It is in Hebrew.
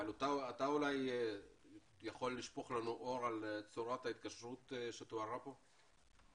אבל אתה יכול אולי לשפוך לנו אור על צורת ההתקשרות שתוארה פה?